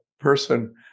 person